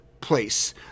place